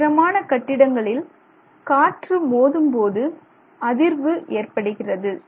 உயரமான கட்டிடங்களில் காற்று மோதும் போது அதிர்வு ஏற்படுகிறது